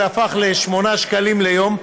השקל לשעה הזה הפך לשמונה שקלים ליום,